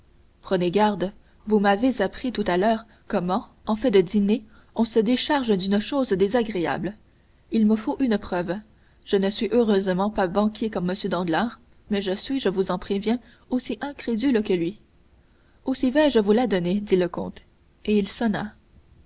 prenez garde vous m'avez appris tout à l'heure comment en fait de dîner on se décharge d'une chose désagréable il me faut une preuve je ne suis heureusement pas banquier comme m danglars mais je suis je vous en préviens aussi incrédule que lui aussi vais-je vous la donner dit le comte et il sonna